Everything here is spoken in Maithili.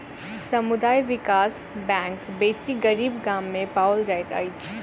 समुदाय विकास बैंक बेसी गरीब गाम में पाओल जाइत अछि